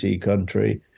country